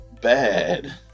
bad